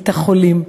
את החולים.